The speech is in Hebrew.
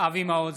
אבי מעוז,